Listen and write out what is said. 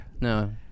No